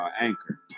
Anchor